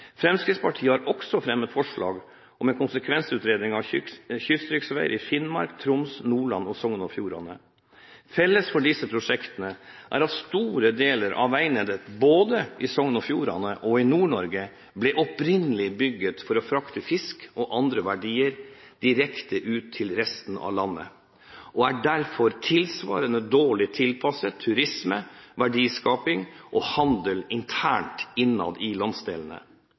Fremskrittspartiet har også fremmet forslag om en konsekvensutredning av kystriksveier i Finnmark, Troms, Nordland og Sogn og Fjordane. Felles for disse prosjektene er at store deler av veinettet, både i Sogn og Fjordane og i Nord-Norge opprinnelig ble bygd for å frakte fisk og andre verdier direkte til resten av landet, og er derfor tilsvarende dårlig tilpasset turisme, verdiskaping og handel internt i landsdelene.